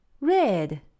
red